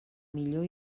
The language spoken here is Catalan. millor